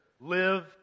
live